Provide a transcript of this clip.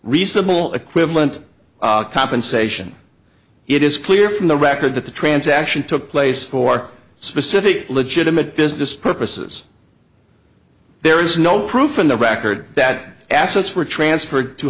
reasonable equivalent compensation it is clear from the record that the transaction took place for specific legitimate business purposes there is no proof in the record that assets were transferred to